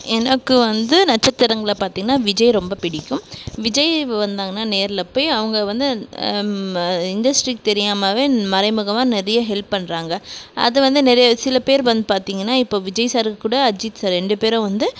எனக்கு வந்து நட்சத்திரங்களை பார்த்திங்ன்னா விஜய் ரொம்ப பிடிக்கும் விஜய் வந்தாங்கனால் நேரில் போய் அவங்க வந்து இண்டஸ்ட்ரிக்கு தெரியாமலே மறைமுகமாக நிறைய ஹெல்ப் பண்ணுறாங்க அதை வந்து நிறைய சில பேர் வந்து பார்த்திங்கனா இப்போ விஜய் சார் கூட அஜித் சார் ரெண்டு பேரும் வந்து